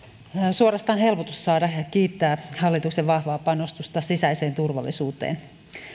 suorastaan helpotus saada kiittää hallituksen vahvaa panostusta sisäiseen turvallisuuteen